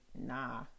nah